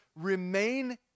remain